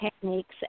techniques